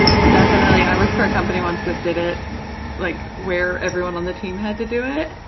definitely. i worked for a company once that did it like where everyone on the team had to do it,